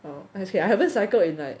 well actually I haven't cycle at night